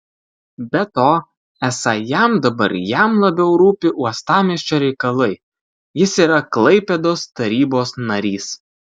be to esą jam dabar jam labiau rūpi uostamiesčio reikalai jis yra klaipėdos tarybos narys